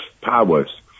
powers